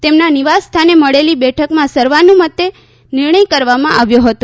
તેમના નિવાસસ્થાને મળેલી બેઠકમાં સર્વાનુમતે નિર્ણય કરવામાં આવ્યો હતો